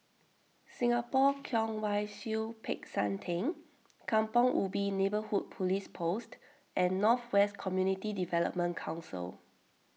Singapore Kwong Wai Siew Peck San theng Kampong Ubi Neighbourhood Police Post and North West Community Development Council